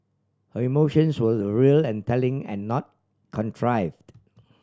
her emotions were real and telling and not contrived